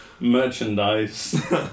Merchandise